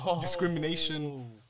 discrimination